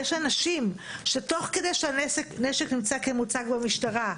יש אנשים שתוך כדי שהנשק נמצא כמוצג במשטרה,